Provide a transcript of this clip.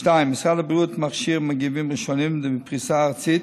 משרד הבריאות מכשיר מגיבים ראשונים בפריסה ארצית,